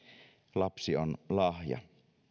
lapsi on lahja